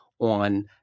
on